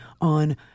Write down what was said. on